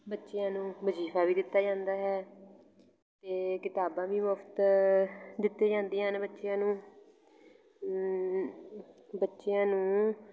ਬੱਚਿਆਂ ਨੂੰ ਵਜੀਫਾ ਵੀ ਦਿੱਤਾ ਜਾਂਦਾ ਹੈ ਅਤੇ ਕਿਤਾਬਾਂ ਵੀ ਮੁਫਤ ਦਿੱਤੀਆਂ ਜਾਂਦੀਆਂ ਹਨ ਬੱਚਿਆਂ ਨੂੰ ਬੱਚਿਆਂ ਨੂੰ